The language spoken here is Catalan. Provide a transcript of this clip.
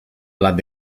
blat